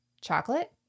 Chocolate